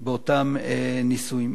באותם נישואים.